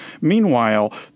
Meanwhile